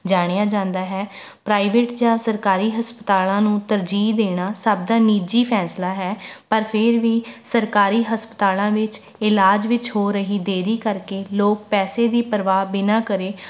ਜਾਣਿਆ ਜਾਂਦਾ ਹੈ ਪ੍ਰਾਈਵੇਟ ਜਾਂ ਸਰਕਾਰੀ ਹਲਪਤਾਲਾਂ ਨੂੰ ਤਰਜੀਹ ਦੇਣਾ ਸਭ ਦਾ ਨਿੱਜੀ ਫੈਸਲਾ ਹੈ ਪਰ ਫਿਰ ਵੀ ਸਰਕਾਰੀ ਹਸਪਤਾਲਾਂ ਵਿੱਚ ਇਲਾਜ ਵਿੱਚ ਹੋ ਰਹੀ ਦੇਰੀ ਕਰ ਕੇ ਲੋਕ ਪੈਸੇ ਦੀ ਪਰਵਾਹ ਬਿਨਾਂ ਕਰੇ